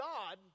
God